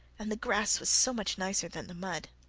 and the grass was so much nicer than the mud!